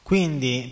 Quindi